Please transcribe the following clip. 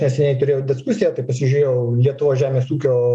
neseniai turėjau diskusiją tai pasižiūrėjau lietuvos žemės ūkio